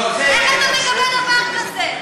איך אתה מקבל דבר כזה?